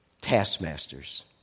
taskmasters